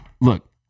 Look